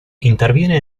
interviene